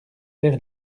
faire